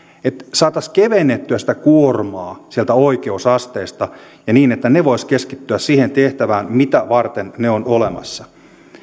saataisiin kevennettyä sitä kuormaa sieltä oikeusasteesta ja niin että ne voisivat keskittyä siihen tehtävään mitä varten ne ovat olemassa